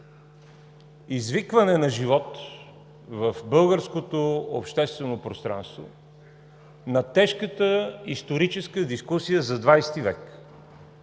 „извикване на живот“ в българското обществено пространство на тежката историческа дискусия за XX век,